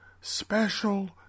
special